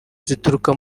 zituruka